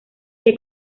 que